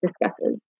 discusses